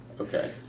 Okay